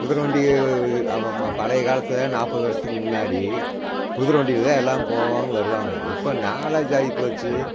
குதிர வண்டி பழைய காலத்தில் நாற்பது வருஷத்துக்கு முன்னாடி குதிர வண்டியில் தான் எல்லாரும் போவாங்க வருவாங்க இப்போ நாலேஜ் ஆகி போய்டுச்சி